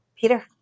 Peter